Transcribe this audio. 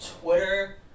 Twitter